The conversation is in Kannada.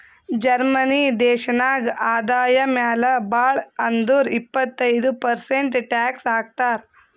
ಜರ್ಮನಿ ದೇಶನಾಗ್ ಆದಾಯ ಮ್ಯಾಲ ಭಾಳ್ ಅಂದುರ್ ಇಪ್ಪತ್ತೈದ್ ಪರ್ಸೆಂಟ್ ಟ್ಯಾಕ್ಸ್ ಹಾಕ್ತರ್